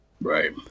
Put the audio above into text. right